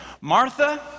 Martha